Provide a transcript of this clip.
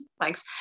thanks